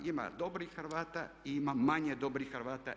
Ima dobrih Hrvata i ima manje dobrih Hrvata.